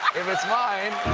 if it's mine,